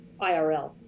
IRL